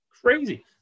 Crazy